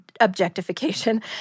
objectification